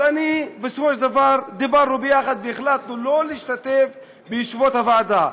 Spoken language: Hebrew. בסופו של דבר דיברנו יחד והחלטנו שלא להשתתף בישיבות הוועדה.